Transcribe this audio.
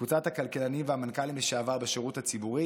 קבוצת הכלכלנים והמנכ"לים לשעבר בשירות הציבורי